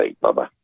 Bye-bye